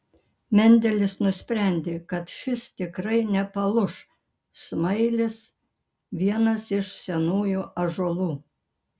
mendelis nusprendė kad šis tikrai nepalūš smailis vienas iš senųjų ąžuolų